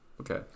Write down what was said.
Okay